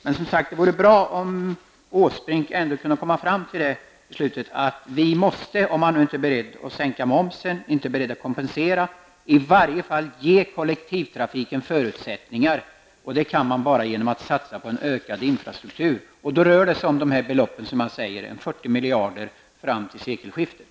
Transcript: Det vore bra om Erik Åsbrink -- om han inte är beredd att sänka momsen, inte är beredd att kompensera -- i varje fall kunde besluta att ge kollektivtrafiken förutsättningar. Det kan man bara göra genom att satsa på en utbyggd infrastruktur. Då rör det sig om de belopp som nämnts, 40 miljarder fram till sekelskiftet.